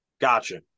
gotcha